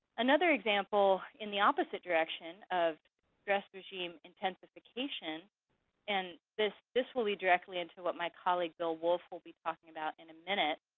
another example in the opposite direction of stress regime intensification and this this will lead directly into what my colleague, bill wolfe, will be talking about in a minute